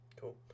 cool